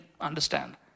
understand